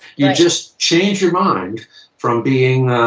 you just change your mind from being.